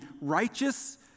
righteous